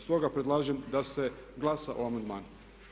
Stoga predlažem da se glasa o amandmanu.